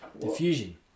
Diffusion